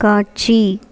காட்சி